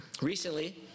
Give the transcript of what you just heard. Recently